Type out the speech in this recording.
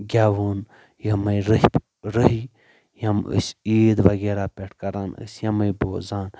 گٮ۪وُن یِمٕے رٔفۍ رٔحۍ یم أسۍ عیٖد وغیرہ پیٹھ کَران ٲسۍ یِمٕے بوزان